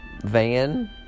Van